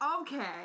Okay